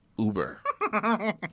Uber